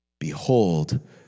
Behold